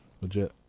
Legit